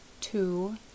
Two